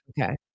okay